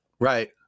Right